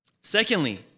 Secondly